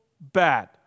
bad